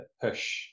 push